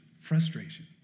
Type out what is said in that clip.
frustration